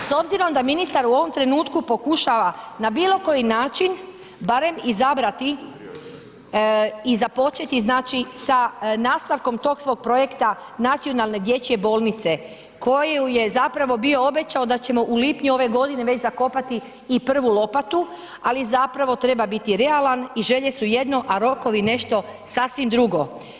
S obzirom da ministra u ovom trenutku pokušava na bilokoji način barem izabrati i započet znači sa nastavkom tog svog projekta Nacionalne dječje bolnice koju je zapravo bio obećao da ćemo u lipnju ove godine već zakopati i prvu lopatu, ali zapravo treba biti realan i želje su jedno a rokovi nešto sasvim drugo.